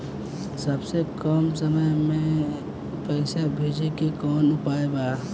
सबसे कम समय मे पैसा भेजे के कौन उपाय बा?